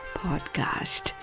podcast